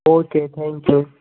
okay thank you